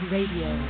Radio